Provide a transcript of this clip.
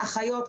אחיות,